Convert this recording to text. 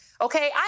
Okay